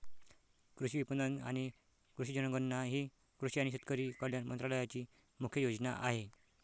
कृषी विपणन आणि कृषी जनगणना ही कृषी आणि शेतकरी कल्याण मंत्रालयाची मुख्य योजना आहे